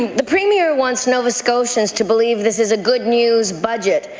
the premier wants nova scotians to believe this is a good news budget.